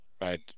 right